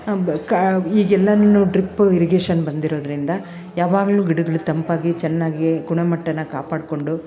ಬ್ ಕ ಈಗೆಲ್ಲಾನು drip irrigation ಬಂದಿರೋದ್ರಿಂದ ಯಾವಾಗಲೂ ಗಿಡಗಳು ತಂಪಾಗಿ ಚೆನ್ನಾಗಿ ಗುಣಮಟ್ಟನ ಕಾಪಾಡಿಕೊಂಡು